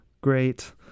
great